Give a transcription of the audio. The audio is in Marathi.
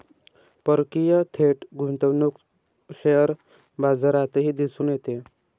परकीय थेट गुंतवणूक शेअर बाजारातही दिसून येते